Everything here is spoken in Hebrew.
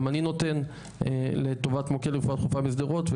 גם אני נותן לטובת מוקד לרפואה דחופה בשדרות,